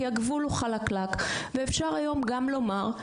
כי הגבול הוא חלקלק ואפשר היום גם לומר,